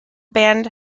band